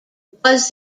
was